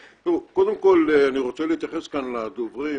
קודם כל, אני רוצה להתייחס כאן לדוברים.